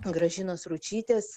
gražinos ručytės